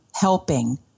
helping